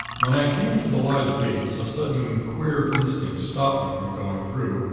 when i came to the lodge gates, a sudden, queer instinct stopped me from going through,